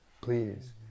please